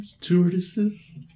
tortoises